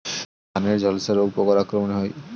ধানের ঝলসা রোগ পোকার আক্রমণে হয়?